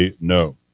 no